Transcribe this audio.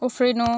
उफ्रिनु